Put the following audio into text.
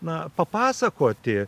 na papasakoti